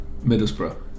Middlesbrough